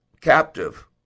captive